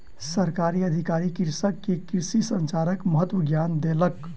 सरकारी अधिकारी कृषक के कृषि संचारक महत्वक ज्ञान देलक